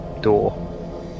door